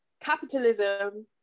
capitalism